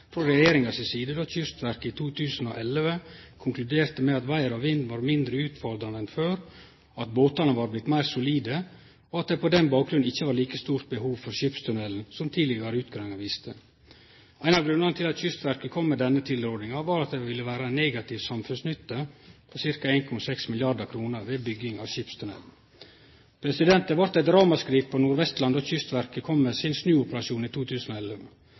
frå regjeringa si side då Kystverket i 2011 konkluderte med at vêr og vind var mindre utfordrande enn før, at båtane var blitt meir solide, og at det på den bakgrunnen ikkje var like stort behov for skipstunnelen som tidlegare utgreiingar viste. Ein av grunnane til at Kystverket kom med denne tilrådinga, var at det ville vere ein negativ samfunnsnytte på ca. 1,6 mrd. kr ved bygging av skipstunnelen. Det vart eit ramaskrik på Nordvestlandet då Kystverket kom med sin snuoperasjon i 2011.